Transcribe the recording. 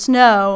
Snow